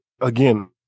again